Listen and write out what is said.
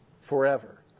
forever